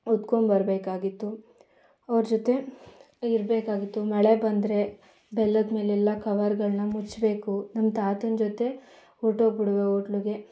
ಹೊತ್ಕೊಂಡು ಬರಬೇಕಾಗಿತ್ತು ಅವ್ರ ಜೊತೆ ಇರಬೇಕಾಗಿತ್ತು ಮಳೆ ಬಂದರೆ ಬೆಲ್ಲದ ಮೇಲೆಲ್ಲ ಕವರ್ಗಳನ್ನ ಮುಚ್ಚಬೇಕು ನಮ್ಮ ತಾತನ ಜೊತೆ ಹೊರ್ಟೋಗ್ಬಿಡು ಓಟ್ಲಿಗೆ